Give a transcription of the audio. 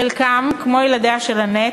חלקם, כמו ילדיה של אנט,